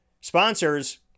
Sponsors